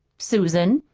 susan,